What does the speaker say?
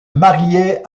marier